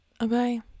okay